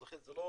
לכן זה לא